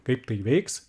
kaip tai veiks